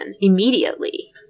immediately